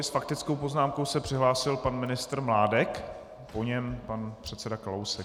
S faktickou poznámkou se přihlásil pan ministr Mládek, po něm pan předseda Kalousek.